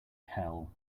hell